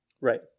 Right